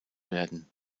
werden